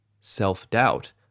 self-doubt